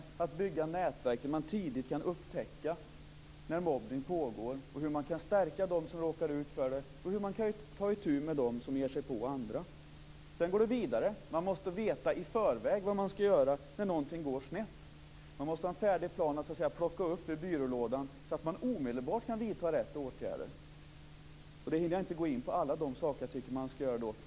Det gäller att bygga nätverk så att det går att tidigt upptäcka när mobbning pågår, så att man kan stärka den som blir utsatt och ta itu med dem som ger sig på andra. Sedan går det hela vidare. Man måste veta i förväg vad som skall göras när någonting går snett. Det måste finnas en färdig plan att plocka upp ur byrålådan så att det omedelbart går att vidta rätt åtgärder. Jag hinner inte gå in på alla de saker jag anser skall göras.